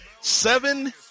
seven